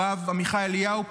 הרב עמיחי אליהו,